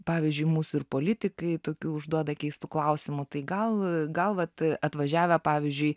pavyzdžiui mūsų ir politikai tokių užduoda keistų klausimų tai gal gal vat atvažiavę pavyzdžiui